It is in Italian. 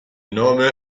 nome